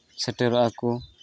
ᱥᱮᱴᱮᱨᱚᱜᱼᱟ ᱠᱚ